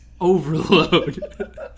overload